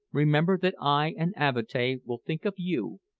remember that i and avatea will think of you,